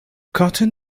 cotton